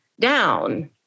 down